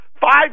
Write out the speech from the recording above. Five